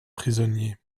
prisonnier